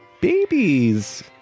babies